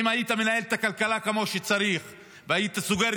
אם היית מנהל את הכלכלה כמו שצריך והיית סוגר